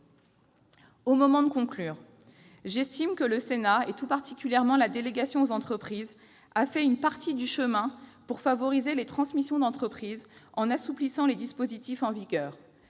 Au moment de conclure, j'estime que le Sénat et, tout particulièrement, sa délégation aux entreprises ont fait une partie du chemin pour favoriser les transmissions d'entreprise en assouplissant les dispositifs en vigueur.